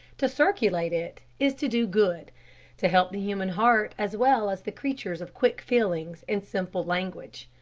to circulate it is to do good to help the human heart as well as the creatures of quick feelings and simple language.